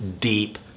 deep